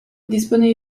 dispone